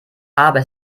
aber